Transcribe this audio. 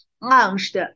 launched